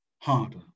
harder